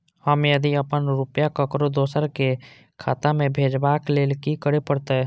हम यदि अपन रुपया ककरो दोसर के खाता में भेजबाक लेल कि करै परत?